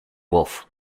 wolf